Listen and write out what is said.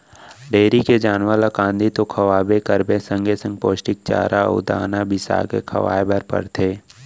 dairy के जानवर ल कांदी तो खवाबे करबे संगे संग पोस्टिक चारा अउ दाना बिसाके खवाए बर परथे